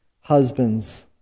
Husbands